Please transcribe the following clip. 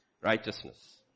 Righteousness